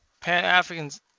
Pan-Africans